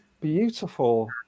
beautiful